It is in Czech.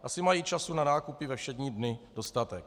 Asi mají času na nákupy ve všední dny dostatek.